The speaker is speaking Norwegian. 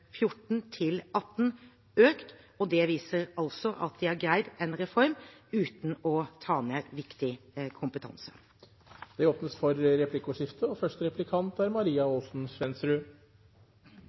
økt, og det viser altså at de har greid en reform uten å ta ned viktig kompetanse. Det blir replikkordskifte. Statsministeren har tidligere gitt en klok uttalelse: «Både bosted og